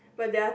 but they are